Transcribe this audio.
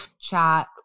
chat